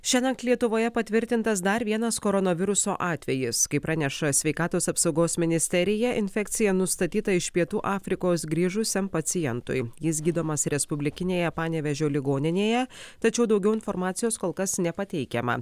šiąnakt lietuvoje patvirtintas dar vienas koronaviruso atvejis kaip praneša sveikatos apsaugos ministerija infekcija nustatyta iš pietų afrikos grįžusiam pacientui jis gydomas respublikinėje panevėžio ligoninėje tačiau daugiau informacijos kol kas nepateikiama